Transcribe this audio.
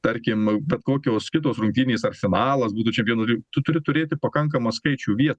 tarkim bet kokios kitos rungtynės arsenalas būtų čia vienur tu turi turėti pakankamą skaičių vietų